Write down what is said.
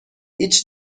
هیچ